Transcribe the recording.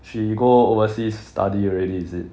she go overseas study already is it